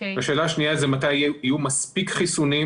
והשאלה השנייה היא מתי יהיו מספיק חיסונים